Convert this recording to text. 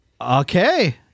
Okay